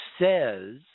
says